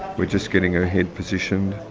we're just getting her head positioned.